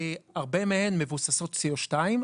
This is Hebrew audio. הרבה מהן מבוססות CO2,